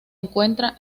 encuentra